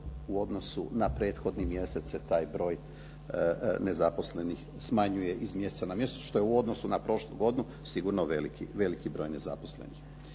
u odnosu na prethodni mjesec se taj broj nezaposlenih smanjuje iz mjeseca u mjesec što je u odnosu na prošlu godinu sigurno veliki broj nezaposlenih.